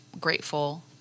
grateful